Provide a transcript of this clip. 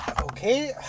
Okay